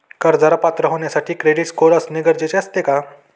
कर्जाला पात्र होण्यासाठी क्रेडिट स्कोअर असणे गरजेचे असते का?